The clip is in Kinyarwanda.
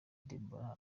deborah